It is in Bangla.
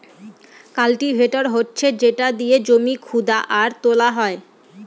কাল্টিভেটর হচ্ছে যেটা দিয়ে জমি খুদা আর তোলা হয়